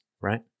right